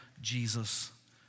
Jesus